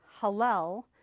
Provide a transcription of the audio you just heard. halal